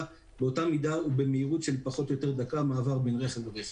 באותה מידה ובמהירות של פחות או יותר דקה מעבר בין רכב לרכב.